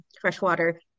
freshwater